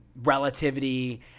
relativity